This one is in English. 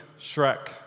Shrek